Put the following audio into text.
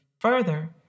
Further